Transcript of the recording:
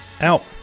out